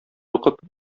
укып